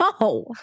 no